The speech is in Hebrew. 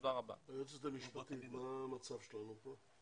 תודה רבה אני רוצה לדעת משפטית מה המצב שלנו פה.